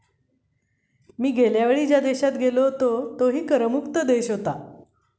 मी गेल्या वेळी ज्या देशात गेलो होतो तोही कर मुक्त देश होता